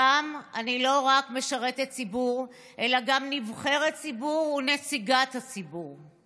הפעם אני לא רק משרתת ציבור אלא גם נבחרת ציבור ונציגת הציבור.